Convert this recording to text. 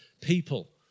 people